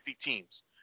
teams